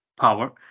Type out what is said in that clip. power